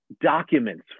documents